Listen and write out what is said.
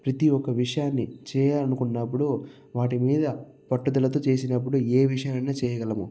ప్రతి ఒక్క విషయాన్ని చేయాలనుకున్నప్పుడు వాటి మీద పట్టుదలతో చేసినప్పుడు ఏ విషయం అయినా చేయగలము